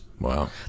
Wow